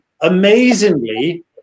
amazingly